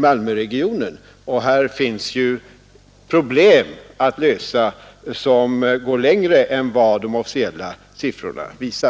Malmöregionen. Här finns problem att lösa som går längre än vad de officiella siffrorna visar.